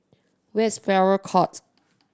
where is Farrer Court